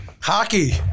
Hockey